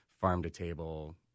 farm-to-table